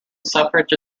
suffrage